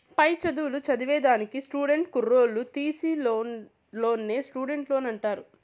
పై చదువులు చదివేదానికి స్టూడెంట్ కుర్రోల్లు తీసీ లోన్నే స్టూడెంట్ లోన్ అంటారు